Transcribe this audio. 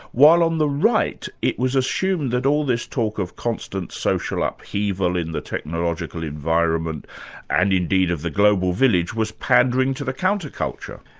while on the right, it was assumed that all this talk of constant social upheaval in the technological environment and indeed of the global village was pandering to the counterculture.